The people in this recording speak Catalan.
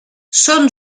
són